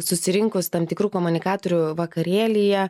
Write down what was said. susirinkus tam tikrų komunikatorių vakarėlyje